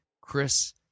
Chris